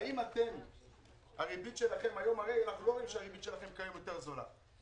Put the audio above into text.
האם הריבית שלכן היום הרי אנחנו לא רואים שהריבית שלכם זולה יותר.